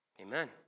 Amen